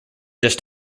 just